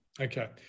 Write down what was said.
Okay